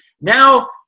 Now